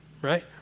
Right